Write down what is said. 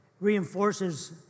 reinforces